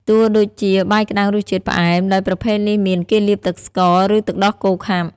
ទួយ៉ាងដូចជា បាយក្តាំងរសជាតិ ផ្អែម ដោយប្រភេទនេះមាន គេលាបទឹកស្ករ ឬទឹកដោះខាប់។